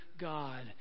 God